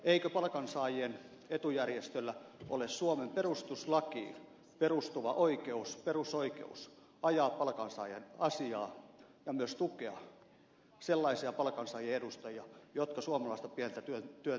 eikö palkansaajien etujärjestöllä ole suomen perustuslakiin perustuva oikeus perusoikeus ajaa palkansaajien asiaa ja myös tukea sellaisia palkansaajien edustajia jotka suomalaista pientä työntekijää puolustavat